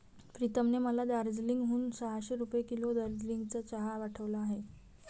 प्रीतमने मला दार्जिलिंग हून सहाशे रुपये किलो दार्जिलिंगचा चहा पाठवला आहे